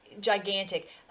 gigantic